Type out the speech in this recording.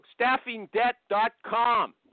staffingdebt.com